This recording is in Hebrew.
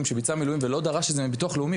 שביצע מילואים ולא דרש את זה מביטוח לאומי,